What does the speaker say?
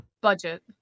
Budget